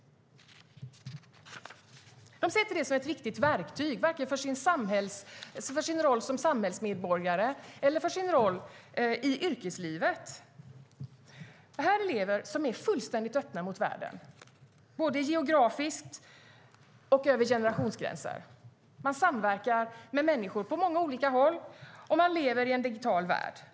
De ser inte skolan som ett viktigt verktyg vare sig för sin roll som samhällsmedborgare eller för sin roll i yrkeslivet. Det här är elever som är fullständigt öppna mot världen både geografiskt och över generationsgränser. Man samverkar med människor på många olika håll, och man lever i en digital värld.